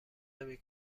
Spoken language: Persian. نمی